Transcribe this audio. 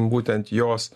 būtent jos